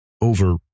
over